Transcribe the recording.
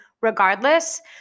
regardless